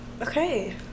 Okay